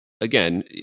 again